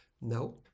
No